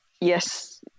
Yes